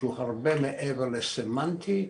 שהוא הרבה מעבר לסמנטי,